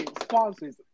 sponsors